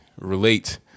relate